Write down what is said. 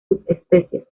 subespecies